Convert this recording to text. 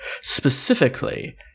specifically